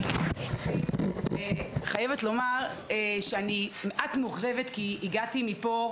אני חייבת לומר שאני מעט מאוכזבת, כי הגעתי מפה,